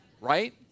right